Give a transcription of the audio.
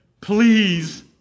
Please